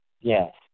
Yes